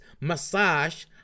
massage